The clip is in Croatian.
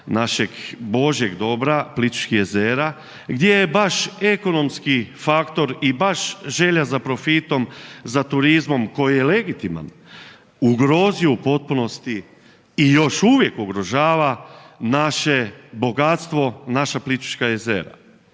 našeg božjeg dobra, Plitvičkih jezera, gdje je baš ekonomski faktor i baš želja za profitom za turizmom koji je legitiman ugrozio u potpunosti i još uvijek ugrožava naše bogatstvo naša Plitvička jezera.